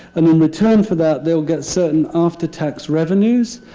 and in return for that they'll get certain after-tax revenues.